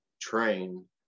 train